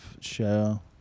show